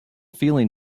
feeling